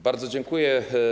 Bardzo dziękuję.